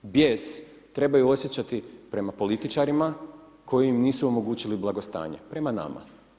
Bijes trebaju osjećati prema političarima koji im nisu omogućili blagostanje, prema nama.